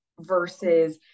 versus